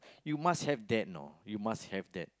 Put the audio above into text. you must have that you know you must have that